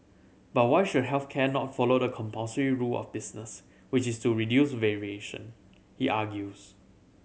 but why should health care not follow the compulsory rule of business which is to reduce variation he argues